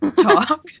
talk